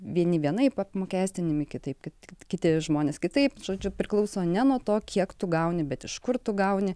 vieni vienaip apmokestinami kitaip kiti kiti žmonės kitaip žodžiu priklauso ne nuo to kiek tu gauni bet iš kur tu gauni